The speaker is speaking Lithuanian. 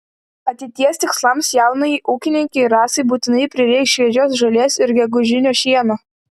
ateities tikslams jaunajai ūkininkei rasai būtinai prireiks šviežios žolės ir gegužinio šieno